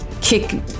Kick